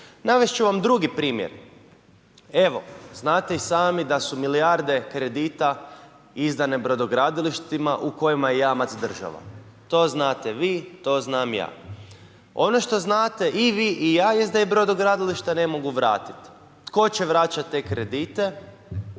Navest ću vam drugi primjer, evo, znate i sami da su milijarde kredita izdane brodogradilištima u kojima je jamac država, to znate vi, to znam i ja. Ono što znate i vi i ja jest da ga brodogradilišta ne mogu vratit. Tko će vraćat te kredite?